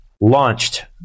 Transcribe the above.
launched